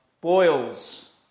Boils